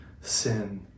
sin